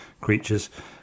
creatures